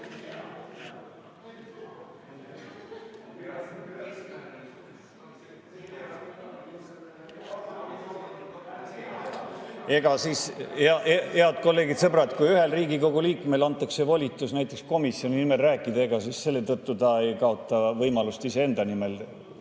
vaadake. Head kolleegid, sõbrad, kui ühele Riigikogu liikmele antakse volitus näiteks komisjoni nimel rääkida, ega ta siis selle tõttu ei kaota võimalust iseenda nimel